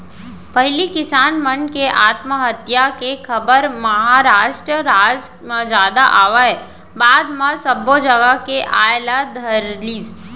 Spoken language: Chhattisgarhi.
पहिली किसान मन के आत्महत्या के खबर महारास्ट राज म जादा आवय बाद म सब्बो जघा के आय ल धरलिस